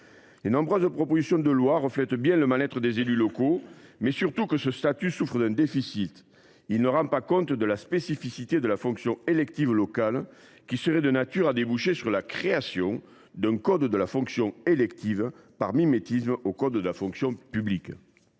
Les nombreuses propositions de loi reflètent bien le mal être des élus locaux, mais surtout le fait que ce statut souffre d’un défaut : il ne rend pas compte de la spécificité de la fonction élective locale. Cette particularité serait de nature à déboucher sur la création d’un code de la fonction élective, par mimétisme avec le code de la fonction publique.